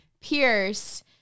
Pierce